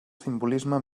simbolisme